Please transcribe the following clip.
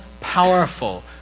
powerful